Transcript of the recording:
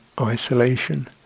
isolation